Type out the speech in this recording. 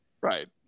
Right